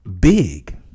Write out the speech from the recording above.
Big